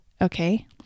okay